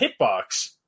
hitbox